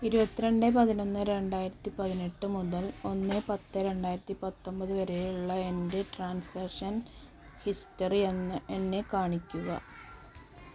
ഇരുപത്തി രണ്ട് പതിനൊന്ന് രണ്ടായിരത്തി പതിനെട്ട് മുതൽ ഒന്ന് പത്ത് രണ്ടായിരത്തി പത്തൊമ്പത് വരെയുള്ള എൻ്റെ ട്രാൻസാക്ഷൻ ഹിസ്റ്ററി എന്നെ എന്നെ കാണിക്കുക